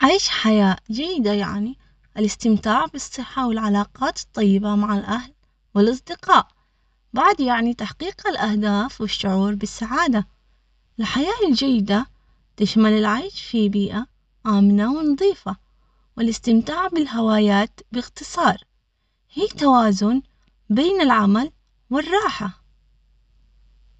أعيش حياة جيدة، يعني الاستمتاع بالصحة والعلاقات الطيبة مع الأهل والأصدقاء بعد يعني تحقيق الأهداف والشعور بالسعادة الحياة الجيدة تشمل العيش في بيئة آمنة ونظيفة، والاستمتاع بالهوايات باختصار.